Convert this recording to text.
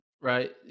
right